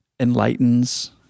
enlightens